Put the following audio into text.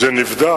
זה נבדק.